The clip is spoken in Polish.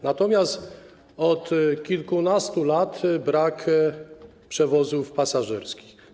Natomiast od kilkunastu lat brakuje przewozów pasażerskich.